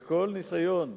וכל ניסיון,